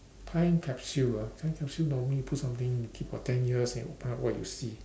time capsule ah time capsule normally put something you keep for ten years then you open up what you see